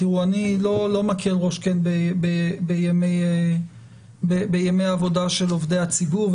אני לא מקל ראש בימי עבודה של עובדי הציבור,